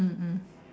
mm mm